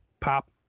pop